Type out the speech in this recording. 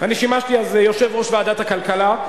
אני שימשתי אז יושב-ראש ועדת הכלכלה.